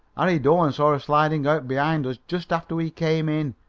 harry doane saw her sliding out behind us just after we came in.